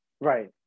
Right